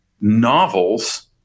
novels